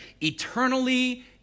eternally